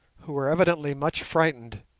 who were evidently much frightened,